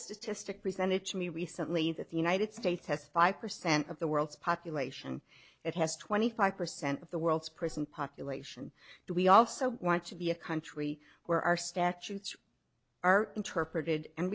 statistic presented to me recently that the united states has five percent of the world's population it has twenty five percent of the world's prison population do we also want to be a country where our statutes are interpreted and